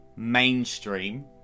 mainstream